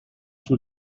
too